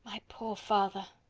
my poor father!